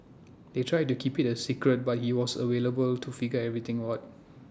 they tried to keep IT A secret but he was able to figure everything out